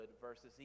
versus